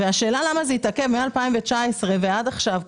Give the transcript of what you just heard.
והשאלה למה זה התעכב מ-2019 ועד עכשיו,